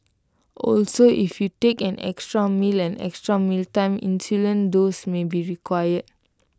also if you take an extra meal an extra mealtime insulin dose may be required